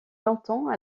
longtemps